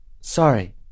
Sorry